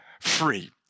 free